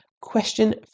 Question